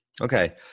Okay